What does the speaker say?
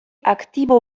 aktibo